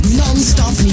non-stop